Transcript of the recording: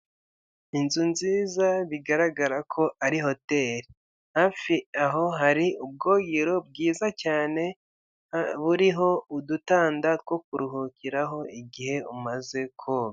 Inzu nziza bigaragara ko ari hoteri. Hafi aho hari ubwogero bwiza cyane, buriho udutanda two kuruhukiraho igihe umaze koga.